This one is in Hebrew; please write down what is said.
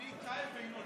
לכן,